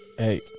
Hey